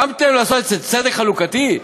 קמתם לדרוש צדק חלוקתי?